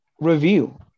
review